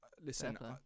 listen